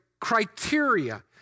criteria